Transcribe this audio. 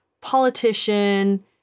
politician